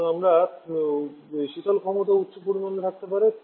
সুতরাং আমরা শীতল ক্ষমতা উচ্চ পরিমাণে থাকতে পারে